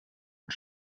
und